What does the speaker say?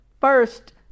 First